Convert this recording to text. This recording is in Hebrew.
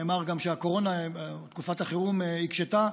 נאמר גם שהקורונה בתקופת החירום הקשתה,